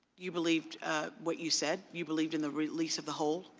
you believed what you said, you believed in the release of the hold?